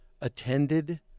attended